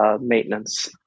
maintenance